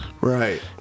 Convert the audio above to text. right